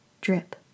Drip